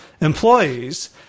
employees